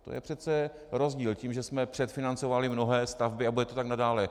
To je přece rozdíl, tím, že jsme předfinancovali mnohé stavby, a bude to tak nadále.